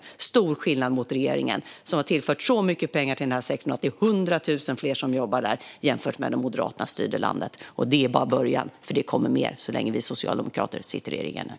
Det är en stor skillnad mot regeringen som har tillfört så mycket pengar till den här sektorn att det är 100 000 fler som jobbar där jämfört med då Moderaterna styrde landet. Och det är bara början, för det kommer mer så länge vi socialdemokrater sitter i regeringen.